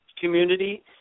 community